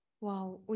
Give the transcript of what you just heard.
Wow